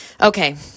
Okay